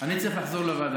אני צריך לחזור לוועדה.